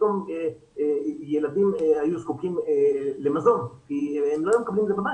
פתאום ילדים היו זקוקים למזון כי הם היו מקבלים את זה בבית,